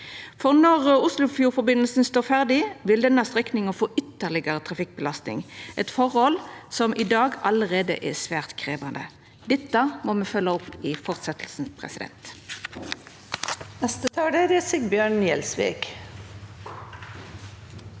Når Oslofjordforbindelsen står ferdig, vil denne strekninga få ytterlegare trafikkbelastning – eit forhold som i dag allereie er svært krevjande. Dette må me følgja opp i fortsetjinga.